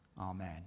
amen